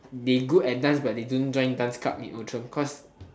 they good at dance but the don't join dance club in Outram cause